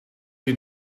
you